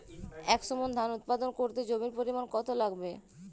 একশো মন ধান উৎপাদন করতে জমির পরিমাণ কত লাগবে?